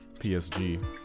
PSG